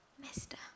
Mister